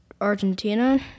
Argentina